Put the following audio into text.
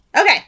Okay